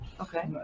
Okay